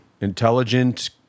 intelligent